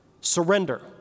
Surrender